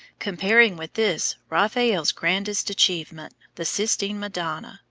comparing with this raphael's grandest achievement, the sistine madonna,